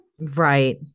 Right